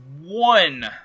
one